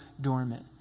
dormant